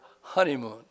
honeymoon